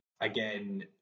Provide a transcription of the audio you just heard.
again